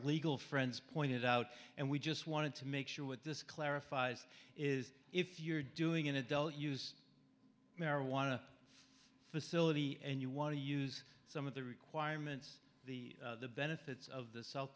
legal friends pointed out and we just wanted to make sure what this clarifies is if you're doing an adult use marijuana facility and you want to use some of the requirements the benefits of the south